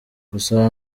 gusa